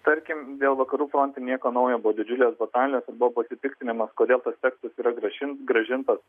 tarkim dėl vakarų fronte nieko naujo buvo didžiulės batalijos ir buvo pasipiktinimas kodėl tas tekstas yra grąžin grąžintas